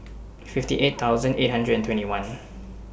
fifty eight thousand eight hundred and twenty one